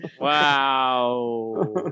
Wow